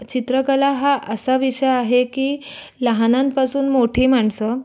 चित्रकला हा असा विषय आहे की लहानांपासून मोठी माणसं